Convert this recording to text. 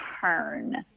turn